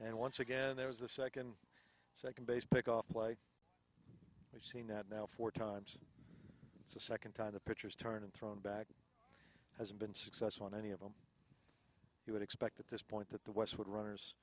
and once again there was the second second base pick off play we see not now four times the second time the pitchers turn and thrown back hasn't been successful in any of them you would expect at this point that the west would runners